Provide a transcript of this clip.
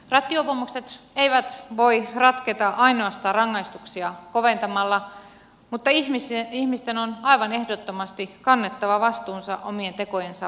rattijuopumukset eivät voi ratketa ainoastaan rangaistuksia koventamalla mutta ihmisten on aivan ehdottomasti kannettava vastuunsa omien tekojensa seurauksista